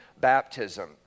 baptism